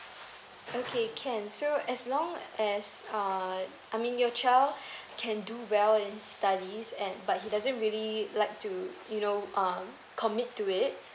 okay can so as long as uh I mean your child can do well in studies and but he doesn't really like to you know um commit to it